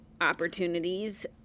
opportunities